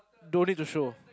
don't need to show